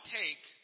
take